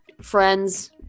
friends